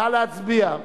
נא להצביע.